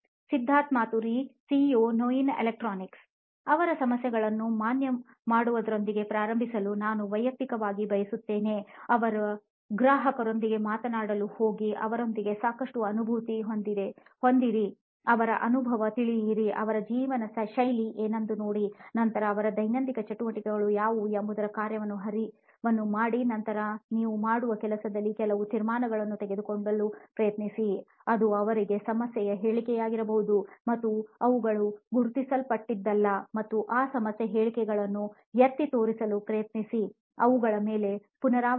Siddharth Maturi CEO ನೋಯಿನ್ electronics ಅವರ ಸಮಸ್ಯೆಗಳನ್ನು ಮಾನ್ಯಮಾಡುವುದರೊಂದಿಗೆ ಪ್ರಾರಂಭಿಸಲು ನಾನು ವೈಯಕ್ತಿಕವಾಗಿ ಬಯಸುತ್ತೇನೆ ಅವರ ಗ್ರಾಹಕರೊಂದಿಗೆ ಮಾತನಾಡಲು ಹೋಗಿ ಅವರೊಂದಿಗೆ ಸಾಕಷ್ಟು ಅನುಭೂತಿ ಹೊಂದಿರಿ ಅವರ ಅನುಭವ ತಿಳಿಯಿರಿ ಅವರ ಜೀವನಶೈಲಿ ಏನೆಂದು ನೋಡಿ ನಂತರ ಅವರ ದೈನಂದಿನ ಚಟುವಟಿಕೆಗಳು ಯಾವುವು ಎಂಬುದರ ಕಾರ್ಯ ಹರಿವನ್ನು ಮಾಡಿ ನಂತರ ನಾವು ಮಾಡುವ ಕೆಲಸದಿಂದ ಕೆಲವು ತೀರ್ಮಾನಗಳನ್ನು ತೆಗೆದುಕೊಳ್ಳಲು ಪ್ರಯತ್ನಿಸಿಅದು ಅವರಿಗೆ ಸಮಸ್ಯೆಯ ಹೇಳಿಕೆಯಾಗಿರಬಹುದು ಮತ್ತು ಅವುಗಳು ಗುರುತಿಸಲ್ಪಟ್ಟಿಲ್ಲ ಮತ್ತು ಆ ಸಮಸ್ಯೆ ಹೇಳಿಕೆಗಳನ್ನು ಎತ್ತಿ ತೋರಿಸಲು ಪ್ರಯತ್ನಿಸಿ ಅವುಗಳ ಮೇಲೆ ಪುನರಾವರ್ತಿಸಿ